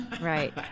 Right